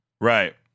Right